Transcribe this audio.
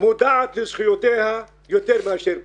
מודעת לזכויותיה יותר מאשר פעם.